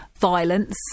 violence